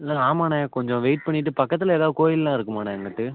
ம் ஆமாண்ண கொஞ்சம் வெயிட் பண்ணிட்டு பக்கத்தில் எதாவது கோயில்லாம் இருக்குமாண்ண அங்குகிட்டு